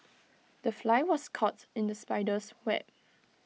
the fly was caught in the spider's web